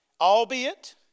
albeit